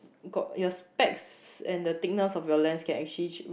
got the specs and the thickness of your lens can actually